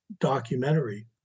documentary